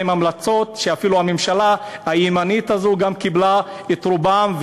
בא עם המלצות שאפילו הממשלה הימנית הזו קיבלה את רובן.